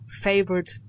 favorite